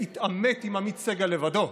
להתעמת עם עמית סגל לבדו,